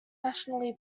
nationally